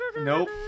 Nope